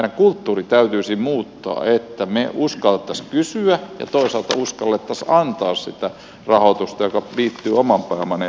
meidän kulttuuri täytyisi muuttaa että me uskaltaisimme kysyä ja toisaalta uskaltaisimme antaa sitä rahoitusta joka liittyy oman pääoman ehtoiseen rahoitukseen